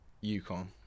yukon